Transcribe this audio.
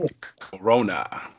corona